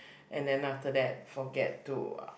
and then after that forget to